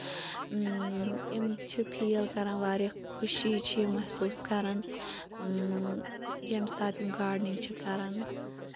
اۭں یِم چھِ فیٖل کران واریاہ خوشی چھِ یِم محسوٗس کران اۭں ییٚمہِ ساتہٕ یِم گاڈنیٚنِگ چھِ کران